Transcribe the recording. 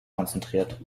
konzentriert